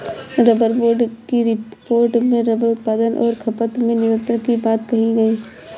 rubber board की report में rubber उत्पादन और खपत में अन्तर की बात कही गई